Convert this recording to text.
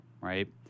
right